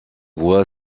voie